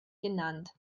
genannt